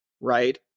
right